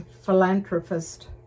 philanthropist